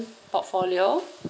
portfolio